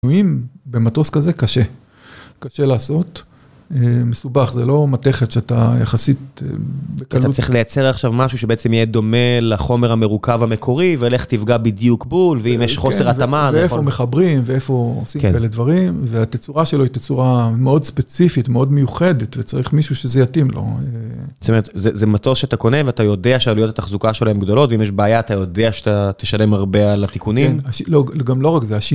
במטוס כזה קשה, קשה לעשות, מסובך, זה לא מתכת שאתה יחסית בקלות, אתה צריך לייצר עכשיו משהו שבעצם יהיה דומה לחומר המרוכב המקורי, ולך תפגע בדיוק בול, ואם יש חוסר התאמה, ואיפה מחברים ואיפה עושים כאלה דברים, והתצורה שלו היא תצורה מאוד ספציפית, מאוד מיוחדת, וצריך מישהו שזה יתאים לו. זאת אומרת, זה מטוס שאתה קונה, ואתה יודע שעלויות התחזוקה שלהם גדולות, ואם יש בעיה, אתה יודע שאתה תשלם הרבה על התיקונים? כן גם לא רק זה...